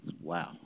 Wow